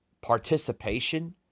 participation